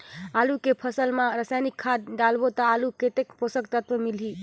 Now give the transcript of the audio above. आलू के फसल मा रसायनिक खाद डालबो ता आलू कतेक पोषक तत्व मिलही?